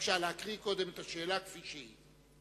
בבקשה להקריא קודם את השאלה כפי שהיא.